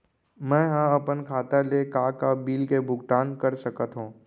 मैं ह अपन खाता ले का का बिल के भुगतान कर सकत हो